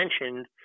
mentioned